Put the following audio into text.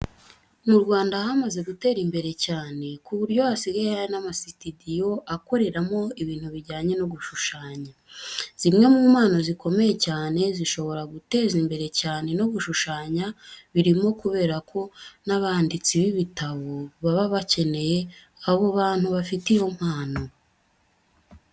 Mu Rwanda hamaze gutera imbere cyane ku buryo hasigaye hari n'amasitidiyo akoreramo ibintu bijyanye no gushushanya. Zimwe mu mpano zikomeye cyane zishobora kuguteza imbere cyane no gushushanya birimo kubera ko n'abanditsi b'ibitabo baba bakeneye abo bantu bafite iyo mpano.